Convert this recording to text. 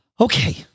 Okay